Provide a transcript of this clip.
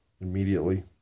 Immediately